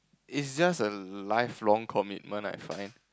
is just a lifelong commitment I find